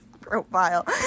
profile